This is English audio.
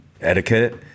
etiquette